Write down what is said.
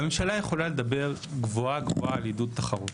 הממשלה יכולה לדבר גבוהה גבוהה על עידוד תחרות,